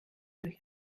durch